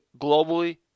globally